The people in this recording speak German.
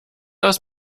aus